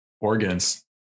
organs